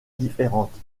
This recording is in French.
différente